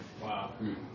Wow